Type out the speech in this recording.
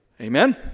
amen